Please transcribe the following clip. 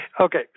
Okay